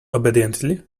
obediently